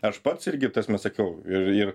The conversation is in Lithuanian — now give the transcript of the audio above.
aš pats irgi ta prasme sakiau ir ir